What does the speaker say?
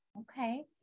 Okay